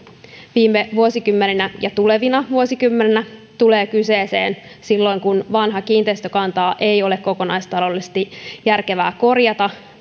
viime vuosikymmeninä tullut ja tulevina vuosikymmeninä tulee kyseeseen silloin kun vanhaa kiinteistökantaa ei ole kokonaistaloudellisesti järkevää korjata